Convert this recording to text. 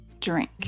drink